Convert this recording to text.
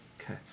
Okay